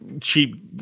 cheap